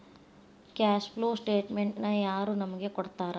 Cash flow ಸ್ಟೆಟಮೆನ್ಟನ ಯಾರ್ ನಮಗ್ ಕೊಡ್ತಾರ?